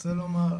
רוצה לומר,